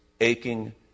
aching